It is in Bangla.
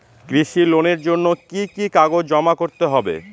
কৃষি লোনের জন্য কি কি কাগজ জমা করতে হবে?